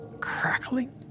Crackling